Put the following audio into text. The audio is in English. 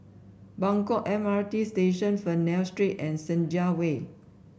Buangkok M R T Station Fernvale Street and Senja Way